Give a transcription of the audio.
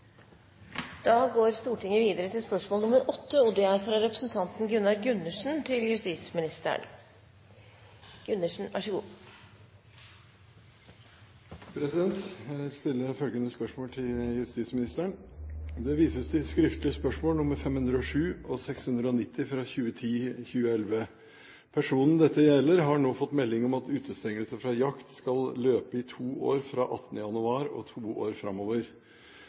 Jeg vil stille følgende spørsmål til justisministeren: «Det vises til skriftlige spørsmål nr. 507 og nr. 690 for 2010–2011. Personen dette gjelder, har nå fått melding om at utestengelsen fra jakt skal løpe i to år fra 18. januar og i to år framover.